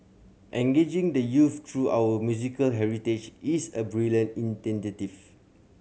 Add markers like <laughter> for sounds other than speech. engaging the youth through our musical heritage is a brilliant <unintelligible>